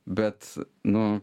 bet nu